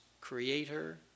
creator